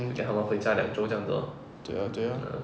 mm 对啊对啊